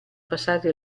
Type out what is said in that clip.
passati